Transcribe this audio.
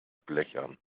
blechern